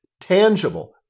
tangible